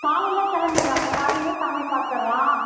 காலையிலே கிளம்பிட்றோம் அப்போ காலையிலே சாமி பார்த்துட்றோம்